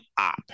up